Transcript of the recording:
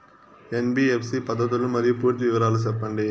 NBFC పద్ధతులు మరియు పూర్తి వివరాలు సెప్పండి?